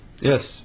yes